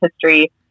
history